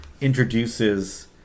introduces